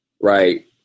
right